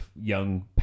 young